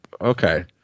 Okay